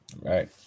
Right